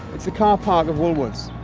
it's the carpark of woolworths.